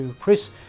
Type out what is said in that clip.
Chris